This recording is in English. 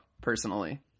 personally